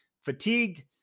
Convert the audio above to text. fatigued